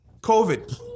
COVID